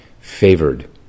favored